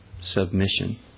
Submission